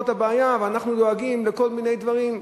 את הבעיה ואנחנו דואגים לכל מיני דברים.